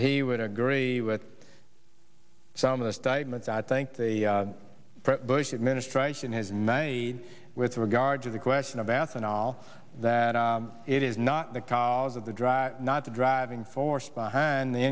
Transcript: he would agree with some of the statements i think the bush administration has made with regard to the question of ethanol that it is not the cause of the drought not the driving force behind the